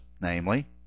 Namely